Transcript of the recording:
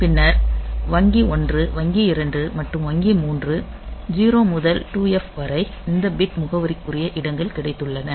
பின்னர் வங்கி 1 வங்கி 2 மற்றும் வங்கி 3 0 முதல் 2f வரை இந்த பிட் முகவரிக்குரிய இடங்கள் கிடைத்துள்ளன